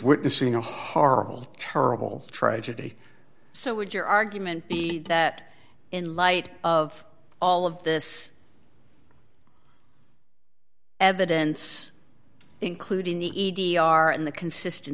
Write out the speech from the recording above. witnessing a horrible terrible tragedy so would your argument that in light of all of this evidence including the e d r in the consistent